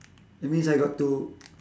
that means I got to